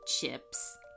chips